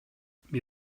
mir